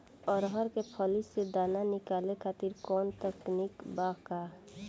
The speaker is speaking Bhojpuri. अरहर के फली से दाना निकाले खातिर कवन तकनीक बा का?